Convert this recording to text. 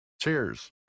Cheers